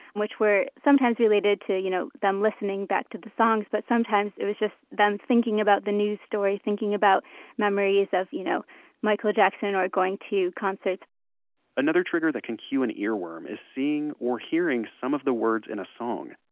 which were sometimes related to you know them listening back to the songs, but sometimes it was just them thinking about the news story, thinking about memories of you know michael jackson and or going to concerts another trigger than can cue an earworm is seeing or hearing some of the words in a song.